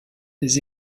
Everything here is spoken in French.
des